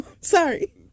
sorry